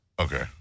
Okay